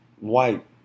white